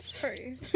Sorry